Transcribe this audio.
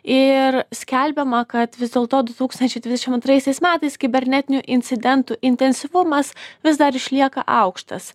ir skelbiama kad vis dėlto du tūkstančiai dvidešim antraisiais metais kibernetinių incidentų intensyvumas vis dar išlieka aukštas